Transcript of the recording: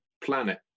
planet